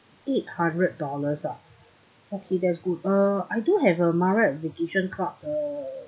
eight hundred dollars ah okay that's good uh I do have a marriott vacation club uh